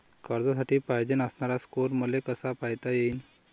कर्जासाठी पायजेन असणारा स्कोर मले कसा पायता येईन?